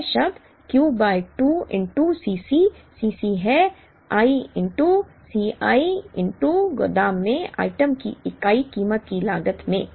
यह शब्द Q by 2 Cc Cc है i C i गोदाम में आइटम की इकाई कीमत की लागत में